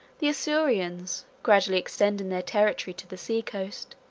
the isaurians, gradually extending their territory to the sea-coast,